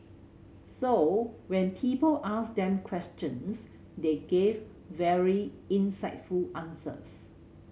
so when people asked them questions they gave very insightful answers